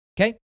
okay